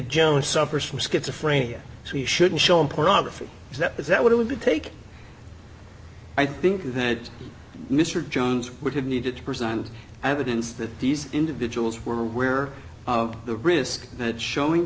jones suffers from schizophrenia so we shouldn't show him pornography is that is that what it would take i think that mr jones would have needed to present evidence that these individuals were aware of the risk that showing